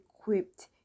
equipped